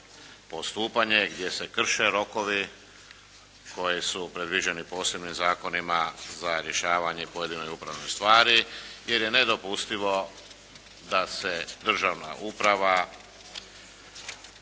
postupanje, gdje se krše rokovi koji su predviđeni posebnim zakonima za rješavanje pojedinih upravnih stvari jer je nedopustivo da se državna uprava,